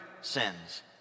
sins